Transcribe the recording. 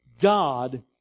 God